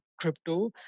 crypto